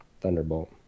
Thunderbolt